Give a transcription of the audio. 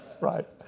Right